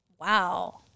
wow